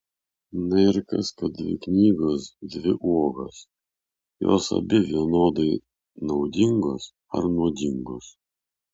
na ir kas kad dvi knygos dvi uogos jos abi vienodai naudingos ar nuodingos